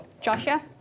Joshua